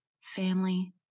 family